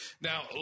Now